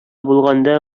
булганда